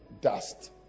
dust